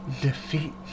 defeat